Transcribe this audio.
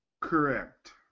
Correct